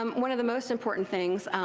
um one of the most important things,